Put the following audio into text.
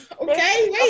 Okay